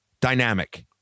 dynamic